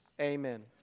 Amen